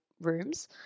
rooms